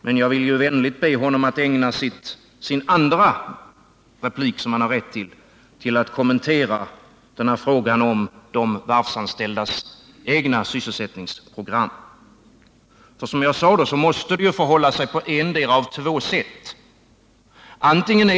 Men jag vill vänligen be honom om att ägna sin andra replik, som han har rätt till, till att kommentera frågan om de varvsanställdas egna sysselsättningsprogram. Som jag sade måste det förhålla sig på ettdera av två sätt.